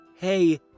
Hey